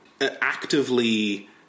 actively